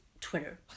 Twitter